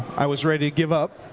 i was ready give up.